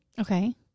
Okay